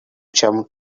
jump